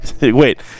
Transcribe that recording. Wait